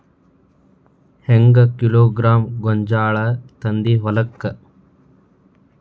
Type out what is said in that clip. ಹೆಂಗ್ ಕಿಲೋಗ್ರಾಂ ಗೋಂಜಾಳ ತಂದಿ ಹೊಲಕ್ಕ?